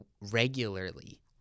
regularly